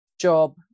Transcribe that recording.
job